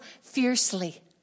fiercely